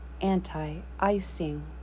Anti-Icing